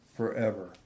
forever